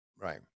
Right